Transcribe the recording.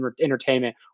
entertainment